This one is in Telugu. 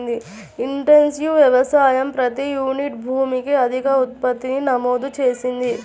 ఇంటెన్సివ్ వ్యవసాయం ప్రతి యూనిట్ భూమికి అధిక ఉత్పత్తిని నమోదు చేసింది